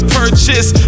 purchase